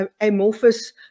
amorphous